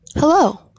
Hello